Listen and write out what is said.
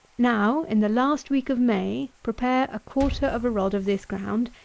now, in the last week of may, prepare a quarter of a rod of this ground,